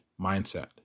mindset